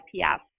IPF